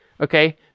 okay